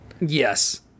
yes